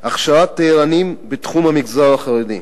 הכשרת תיירנים בתחום המגזר החרדי: